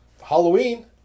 Halloween